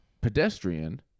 pedestrian